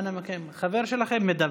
אנא מכם, חבר שלכם מדבר.